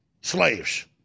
Slaves